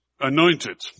anointed